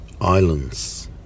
islands